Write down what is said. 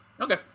Okay